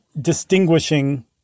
distinguishing